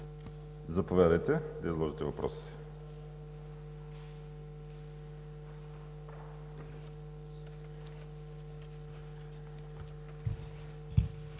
Заповядайте да изложите въпроса